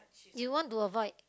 you want to avoid